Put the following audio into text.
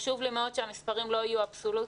חשוב לי מאוד שהמספרים לא יהיו אבסולוטיים,